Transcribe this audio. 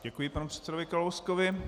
Děkuji panu předsedovi Kalouskovi.